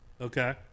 Okay